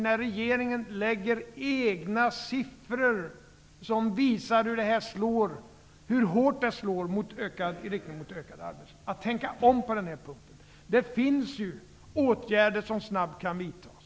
När regeringen nu lägger fram egna siffror som visar hur hårt detta slår i riktning mot ökad arbetslöshet, vill jag att regeringen skall tänka om på denna punkt. Det finns ju åtgärder som snabbt kan vidtas.